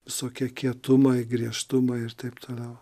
visokie kietumai griežtumai ir taip toliau